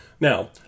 Now